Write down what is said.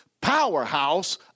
powerhouse